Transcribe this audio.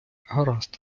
гаразд